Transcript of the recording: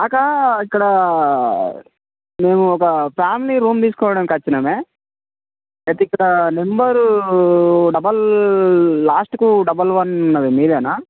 కాకా ఇక్కడ మేము ఒక ఫ్యామిలీ రూమ్ తీసుకోవడానికి వచ్చినామె అయితే ఇక్కడ నెంబరు డబల్ లాస్టుకు డబల్ వన్ ఉన్నది మీదేనా